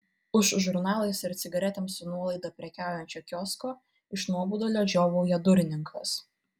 už žurnalais ir cigaretėm su nuolaida prekiaujančio kiosko iš nuobodulio žiovauja durininkas